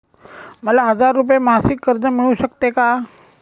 मला हजार रुपये मासिक कर्ज मिळू शकते का?